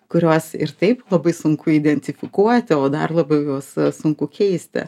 kuriuos ir taip labai sunku identifikuoti o dar labiau juos sunku keisti